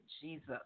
Jesus